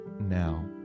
now